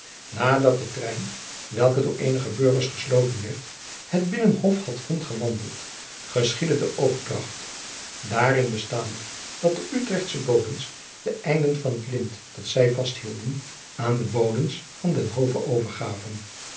nadat de trein welke door eenige burgers gesloten werd het binnenhof had rondgewandeld geschiedde de overdracht daarin bestaande dat de utrechtsche bodens de einden van het lint dat zij vasthielden aan de bodens van den hove overgaven